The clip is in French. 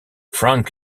frank